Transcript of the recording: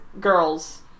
girls